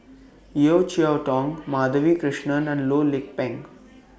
Yeo Cheow Tong Madhavi Krishnan and Loh Lik Peng